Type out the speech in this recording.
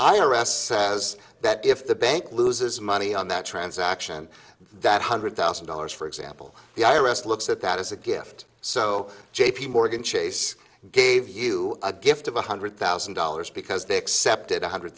s says that if the bank loses money on that transaction that hundred thousand dollars for example the i r s looks at that as a gift so j p morgan chase gave you a gift of one hundred thousand dollars because they accepted one hundred